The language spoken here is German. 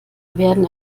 werden